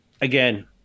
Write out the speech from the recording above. again